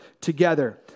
together